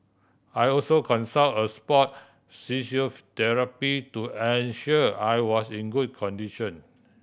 I also consult a sport to ensure I was in good condition